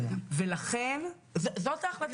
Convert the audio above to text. זאת ההחלטה הערכית,